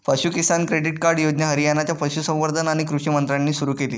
पशु किसान credit card योजना हरियाणाच्या पशुसंवर्धन आणि कृषी मंत्र्यांनी सुरू केली